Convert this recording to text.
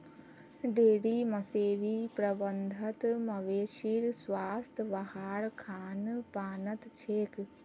dairy मवेशी प्रबंधत मवेशीर स्वास्थ वहार खान पानत छेक